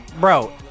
Bro